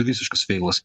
visiškas feilas